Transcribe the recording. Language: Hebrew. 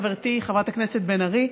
חברתי חברת הכנסת בן ארי,